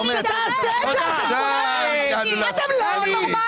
אתם לא נורמליים.